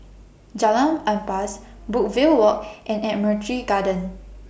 Jalan Ampas Brookvale Walk and Admiralty Garden